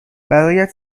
برایت